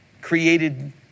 created